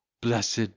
Blessed